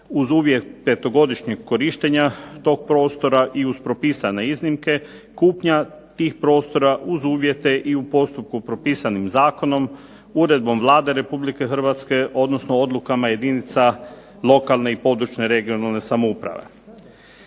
uz uvjet petogodišnjeg korištenja toga prostora i uz propisane iznimke kupnja tih prostora uz uvjete i u postupku propisanim zakonom, uredbom Vlada Republike Hrvatske odnosno odlukama jedinica lokalne i područne (regionalne) samouprave.